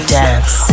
dance